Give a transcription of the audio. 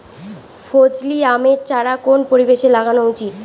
ফজলি আমের চারা কোন পরিবেশে লাগানো উচিৎ?